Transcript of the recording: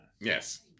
Yes